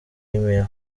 email